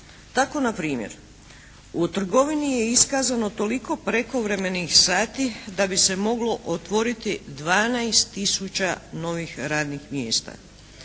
Tako npr. u trgovini je iskazano toliko prekovremenih sati da bi se moglo otvoriti 12 tisuća novih radnih mjesta.